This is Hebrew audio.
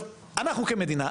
אנחנו כמדינה,